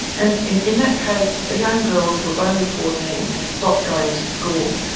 and in in that case, a young girl who was only fourteen, had stopped going to school,